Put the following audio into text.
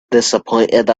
disappointed